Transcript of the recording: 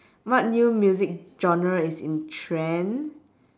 what new music genre is in trend